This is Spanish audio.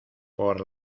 por